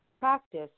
practice